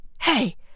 hey